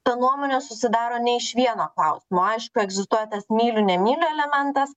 ta nuomonė susidaro ne iš vieno klausimo aišku egzistuoja tas myliu nemyliu elementas